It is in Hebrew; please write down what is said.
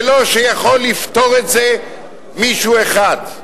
זה לא שיכול לפתור את זה מישהו אחד.